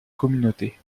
communauté